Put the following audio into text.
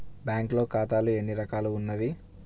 బ్యాంక్లో ఖాతాలు ఎన్ని రకాలు ఉన్నావి?